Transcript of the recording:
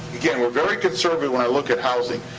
we're very conservative when i look at housing.